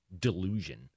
delusion